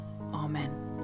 amen